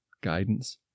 guidance